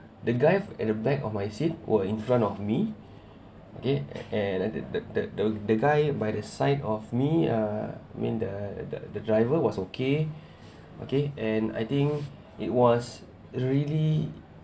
the guy at the back of my seat were in front of me okay and I the the the the guy by the side of me uh I mean the the driver was okay okay and I think it was really